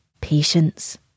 patience